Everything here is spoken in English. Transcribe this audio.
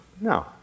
No